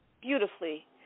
beautifully